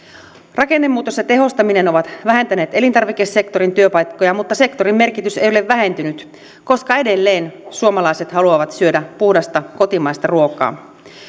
rakennemuutos ja tehostaminen ovat vähentäneet elintarvikesektorin työpaikkoja mutta sektorin merkitys ei ole vähentynyt koska edelleen suomalaiset haluavat syödä puhdasta kotimaista ruokaa